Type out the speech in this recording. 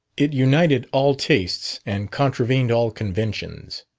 it united all tastes and contravened all conventions.